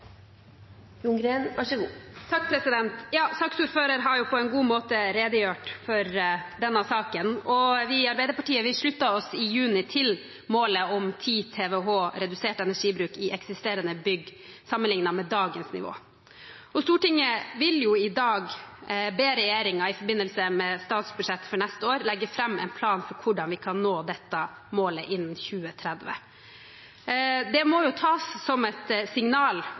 på en god måte redegjort for denne saken. Vi i Arbeiderpartiet sluttet oss i juni 2016 til målet om 10 TWh redusert energibruk i eksisterende bygg sammenliknet med dagens nivå. Stortinget vil i dag be regjeringen i forbindelse med statsbudsjettet for neste år legge fram en plan for hvordan vi kan nå dette målet innen 2030. Det må tas som et signal